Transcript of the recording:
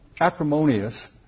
acrimonious